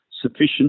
sufficient